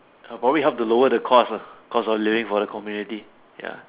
I'd probably help to lower the cost lah cause I'm living for the community ya